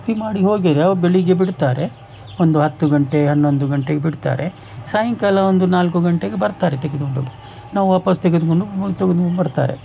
fee ಮಾಡಿ ಅವು ಬೆಳಗ್ಗೆ ಬಿಡ್ತಾರೆ ಒಂದು ಹತ್ತು ಗಂಟೆ ಹನ್ನೊಂದು ಗಂಟೆಗ್ ಬಿಡ್ತಾರೆ ಸಾಯಿಂಕಾಲ ಒಂದು ನಾಲ್ಕು ಗಂಟೆಗೆ ಬರ್ತಾರೆ ತೆಗೆದುಕೊಂಡು ನಾವು ವಾಪಸ್ಸು ತೆಗೆದುಕೊಂಡು ತೆಗೆದುಕೊಂಡು ಬರ್ತಾರೆ